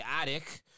attic